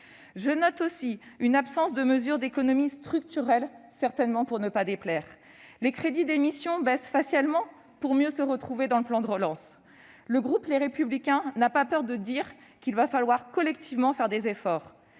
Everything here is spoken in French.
Je note aussi une absence de mesures d'économies structurelles, visant certainement à ne pas déplaire. Les crédits des missions baissent facialement ... pour mieux se retrouver dans le plan de relance. Le groupe Les Républicains n'a pas peur de dire qu'il va falloir collectivement faire des efforts.